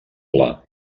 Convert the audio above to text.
pla